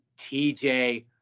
TJ